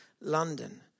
London